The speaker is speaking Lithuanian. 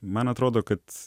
man atrodo kad